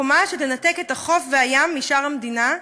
חומה שתנתק את החוף והים משאר המדינה,